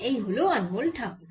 এই হল অনমোল ঠাকুর